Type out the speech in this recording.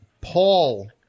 Paul